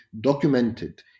documented